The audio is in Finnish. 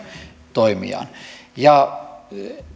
toimiaan ja